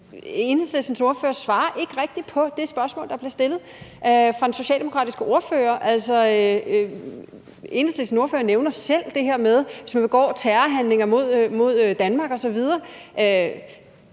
Enhedslistens ordfører svarer ikke rigtig på det spørgsmål, der bliver stillet fra den socialdemokratiske ordfører. Enhedslistens ordfører nævner selv spørgsmålet om, om man begår terrorhandlinger mod Danmark osv.,